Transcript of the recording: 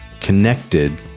connected